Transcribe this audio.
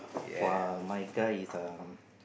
while my guy is um